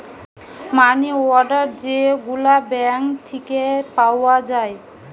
মানি order যে গুলা bank থিকে পাওয়া যায়